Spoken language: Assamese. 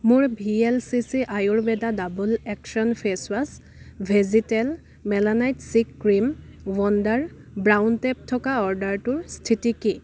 মোৰ V L C C Ayurveda double action face wash vegetal melanite C cream wonder brown tape থকা অৰ্ডাৰটোৰ স্থিতি কি